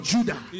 Judah